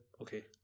Okay